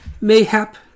Mayhap